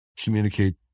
communicate